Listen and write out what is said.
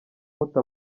mute